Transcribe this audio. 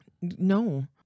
No